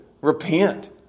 repent